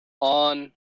on –